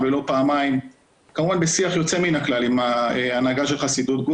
אין לי ספק שזה מגיע מההתנהגות הנבזית.